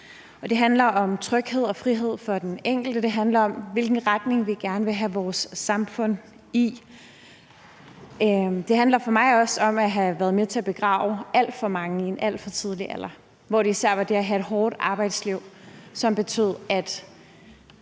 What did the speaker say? Det handler om tryghed og frihed for den enkelte, det handler om, hvilken retning vi gerne vil have vores samfund i. Det handler for mig også om at have været med til at begrave alt for mange i en alt for ung alder, hvor det især var det at have et hårdt arbejdsliv, som betød, at